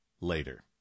later